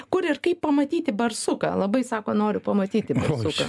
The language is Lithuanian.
kur ir kaip pamatyti barsuką labai sako noriu pamatyti barsuką